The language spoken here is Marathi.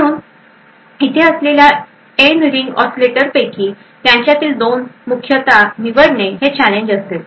म्हणून इथे असलेल्या एन रिंग ऑसिलेटरपैकी त्यांच्यातील 2 मुख्यतः निवडणे हे चॅलेंज असेल